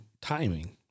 timing